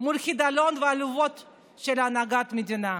מול חידלון ועליבות של הנהגת המדינה.